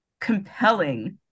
compelling